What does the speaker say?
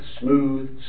smooth